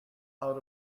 out